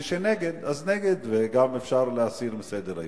מי שנגד אז נגד, וגם אפשר להסיר מסדר-היום.